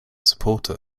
supporter